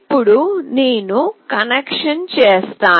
ఇప్పుడు నేను కనెక్షన్ చేస్తాను